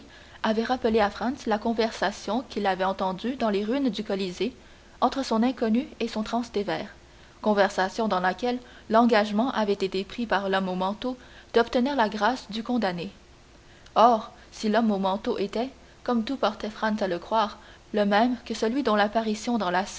avait rappelé à franz la conversation qu'il avait entendue dans les ruines du colisée entre son inconnu et son transtévère conversation dans laquelle l'engagement avait été pris par l'homme au manteau d'obtenir la grâce du condamné or si l'homme au manteau était comme tout portait franz à le croire le même que celui dont l'apparition dans la